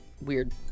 weird